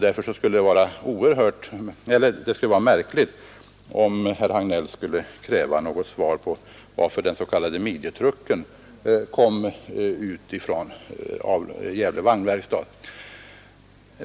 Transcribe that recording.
Därför skulle det vara märkligt om herr Hagnell skulle kräva något besked om hur den s.k. midjetrucken avvecklades ifrån Gävle vagnverkstad.